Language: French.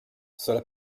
cela